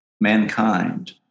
mankind